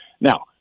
Now